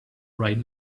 right